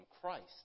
Christ